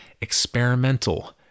experimental